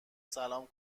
سلام